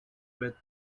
with